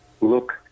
Look